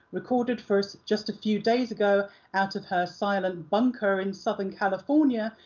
recorded for us just a few days ago out of her silent bunker in southern california,